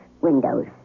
windows